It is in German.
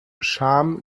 charme